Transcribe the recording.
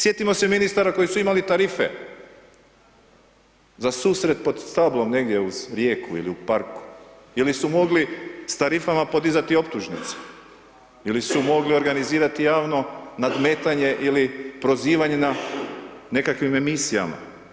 Sjetimo se ministara koji su imali tarife za susret pod stablom, negdje uz rijeku ili u parku, ili su mogli s tarifama podizati optužnice, ili su mogli organizirati javno nadmetanje ili prozivanje na nekakvim emisijama.